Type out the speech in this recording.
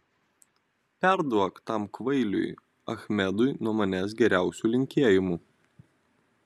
perduok tam kvailiui achmedui nuo manęs geriausių linkėjimų